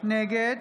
נגד